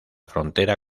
frontera